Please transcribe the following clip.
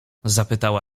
zapytała